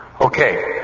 Okay